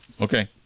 Okay